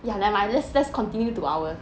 ya nevermind let's let's continue to our